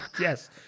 Yes